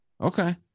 Okay